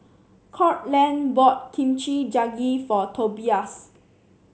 Courtland bought Kimchi Jjigae for Tobias